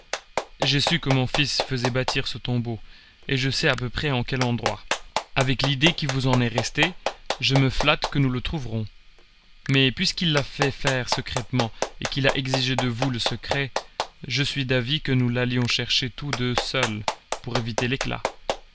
j'ai su que mon fils faisait bâtir ce tombeau et je sais à peu près en quel endroit avec l'idée qui vous en est restée je me flatte que nous le trouverons mais puisqu'il l'a fait faire secrètement et qu'il a exigé de vous le secret je suis d'avis que nous l'allions chercher tous deux seuls pour éviter l'éclat